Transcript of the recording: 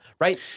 right